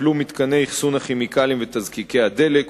טופלו מתקני אחסון הכימיקלים ותזקיקי הדלק,